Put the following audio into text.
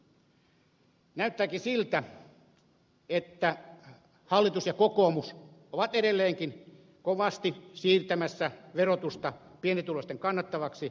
näyttääkin siltä että hallitus ja kokoomus ovat edelleenkin kovasti siirtämässä verotusta pienituloisten kannettavaksi